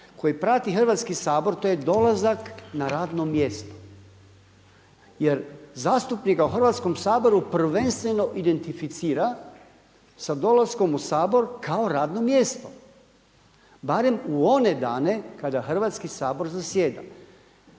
koji prati Hrvatski sabor to je dolazak na radno mjesto. Jer zastupnika u Hrvatskom saboru prvenstveno identificira sa dolaskom u Sabor kao radno mjesto barem u one dane kada Hrvatski sabor zasjeda.